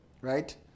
right